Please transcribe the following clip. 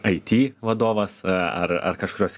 aity vadovas ar ar kažkurios